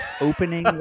opening